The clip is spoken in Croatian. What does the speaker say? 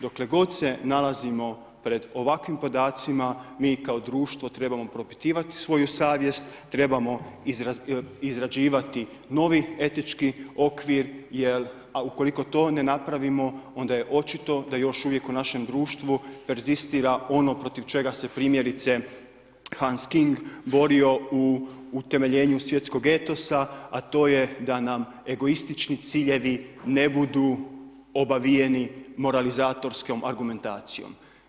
Dokle god se nalazima pred ovakvim podacima, mi kao društvo trebamo propitivati svoju savjest, trebamo izrađivati novi etički okvir jer ukoliko to ne napravimo, onda je očito da još uvijek u našem društvu perzistira ono protiv čega se primjerice Hans Küng borio u utemeljenju svjetskog etosa, a to je da nam egoistični ciljevi ne budu obavijeni moralizatorskom argumentacijom.